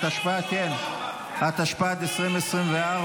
התשפ"ד 2024,